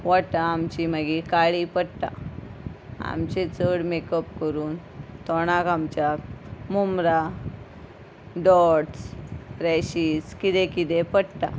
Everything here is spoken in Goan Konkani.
ओंठा आमची मागीर काळी पडटा आमचे चड मेकअप करून तोंडाक आमच्या मुम्रां डॉट्स फ्रेशिस कितें कितें पडटा